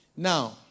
Now